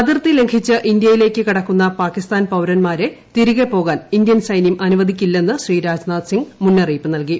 അതിർത്തി ലംഘിച്ച് ഇന്ത്യയിലേക്ക് കടക്കുന്ന പാക്കിസ്ഥാൻ പൌരൻമാരെ തിരികെ പോകാൻ ഇന്ത്യൻ സൈന്യം അനുവദിക്കില്ലെന്ന് ശ്രീ രാജ്നാഥ്സിംഗ്മുന്നറിയിപ്പ് നൽകി